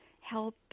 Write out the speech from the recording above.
help